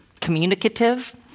communicative